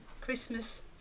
christmas